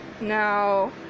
now